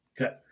Okay